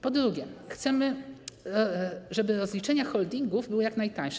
Po drugie, chcemy, żeby rozliczenia holdingów były jak najtańsze.